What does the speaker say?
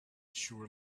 sure